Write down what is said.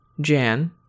Jan